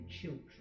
children